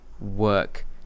work